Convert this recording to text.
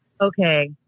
okay